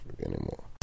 anymore